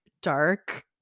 dark